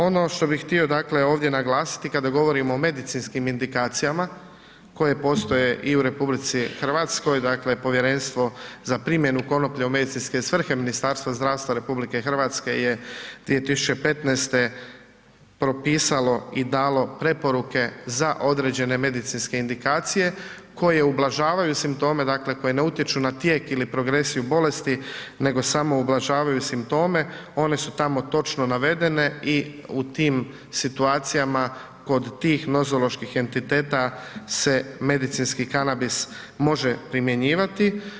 Ono što bih htio, dakle ovdje naglasiti, kada govorimo o medicinskim indikacijama koje postoje i u RH, dakle Povjerenstvo za primjenu konoplje u medicinske svrhe Ministarstva zdravstva RH je 2015. propisalo i dalo preporuke za određene medicinske indikacije koje ublažavaju simptome, dakle koje ne utječu na tijek ili progresiju bolesti nego samo ublažavaju simptome, one su tamo točno navedene i u tim situacijama kod tih nozoloških entiteta se medicinski kanabis može primjenjivati.